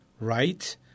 right